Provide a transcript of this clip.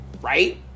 right